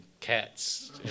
cats